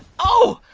oh.